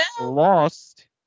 Lost